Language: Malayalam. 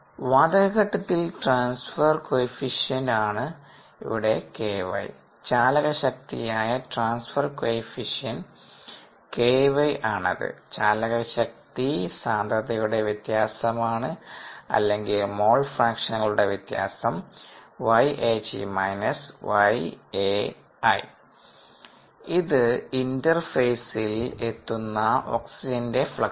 വാതകഘട്ടത്തിലെ ട്രാൻസ്ഫർ കോഎഫിഷ്യന്റ് ആണ് ഇവിടെ ky ചാലകശക്തിയായ ട്രാൻസ്ഫർ കോഎഫിഷ്യന്റ് ky ആണത് ചാലകശക്തി സാന്ദ്രതയുടെ വ്യത്യാസമാണ് അല്ലെങ്കിൽ മോൾ ഫ്രാക്ഷനുകളുടെ വ്യത്യാസം ഇത് ഇന്റെർഫേസിൽ എത്തുന്ന ഓക്സിജന്റെ ഫ്ലക്സ് ആണ്